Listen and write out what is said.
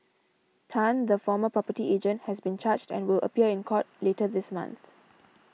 Tan the former property agent has been charged and will appear in court later this month